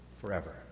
forever